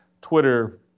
Twitter